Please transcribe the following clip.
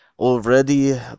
already